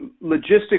logistics